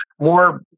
More